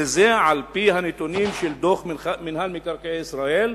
וזה על-פי הנתונים של דוח מינהל מקרקעי ישראל,